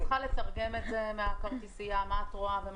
באנלוגי את צריכה לתרגם מהכרטיסייה מה את רואה.